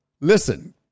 Listen